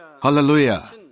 Hallelujah